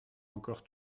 encore